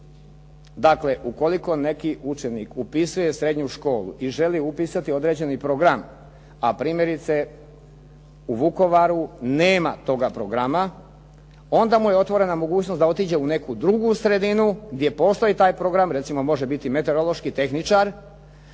Dakle, ukoliko neki učenik upisuje srednju školu i želi upisati određeni program, a primjerice u Vukovaru nema toga programa, onda mu je otvorena mogućnost da otiđe u neku drugu sredinu gdje postoji taj program. Recimo, može biti meteorološki tehničar